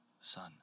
son